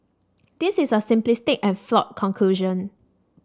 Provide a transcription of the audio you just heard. this is a simplistic and flawed conclusion